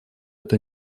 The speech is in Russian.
это